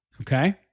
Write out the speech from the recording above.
Okay